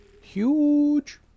Huge